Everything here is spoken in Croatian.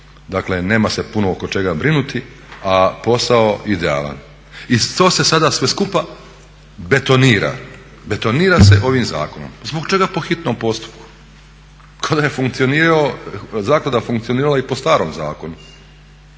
dakle nema se puno oko čega brinuti, a posao idealan i to se sada sve skupa betonira, betonira se ovim zakonom. Zbog čega po hitnom postupku kad je funkcionirala, zaklada funkcionirala i po starom zakonu?